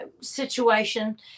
situation